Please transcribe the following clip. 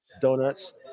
donuts